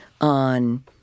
on